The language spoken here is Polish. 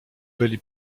byli